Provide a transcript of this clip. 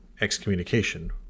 excommunication